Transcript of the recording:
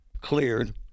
Cleared